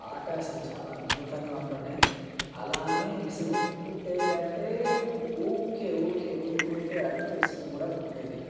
ఆట అసలు చాలా అద్భుతంగా ఉంటుండేది అలా అని విసుగు పుట్టేది అంటే ఊరికే ఊరికే ఊరికి ఊరికే ఆడితే విసుగు కూడా పుట్టేది